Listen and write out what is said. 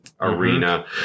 arena